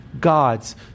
God's